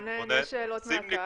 רונן, רונן, יש שאלות מהקהל.